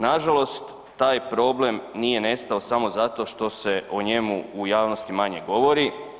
Nažalost taj problem nije nestao samo zato što se u njemu u javnosti manje govori.